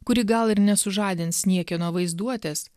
kuri gal ir nesužadins niekieno vaizduotės